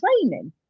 training